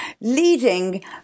leading